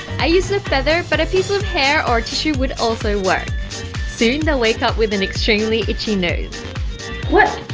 i use the feather, but a piece of hair or tissue would also work soon they'll wake up with an extremely itchy nose what